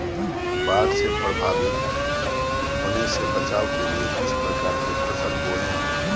बाढ़ से प्रभावित होने से बचाव के लिए किस प्रकार की फसल बोए?